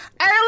early